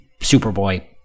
Superboy